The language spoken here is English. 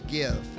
give